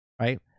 Right